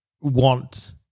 want